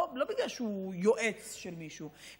לא בגלל שהוא יועץ של מישהו,